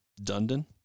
Dundon